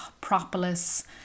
propolis